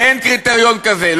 אין קריטריון כזה,